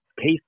case